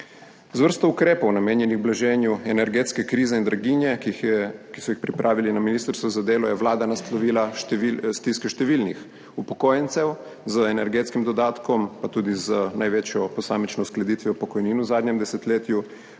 Z vrsto ukrepov, namenjenih blaženju energetske krize in draginje, ki so jih pripravili na Ministrstvu za delo, je vlada naslovila stiske številnih upokojencev z energetskim dodatkom pa tudi z največjo posamično uskladitvijo pokojnin v zadnjem desetletju,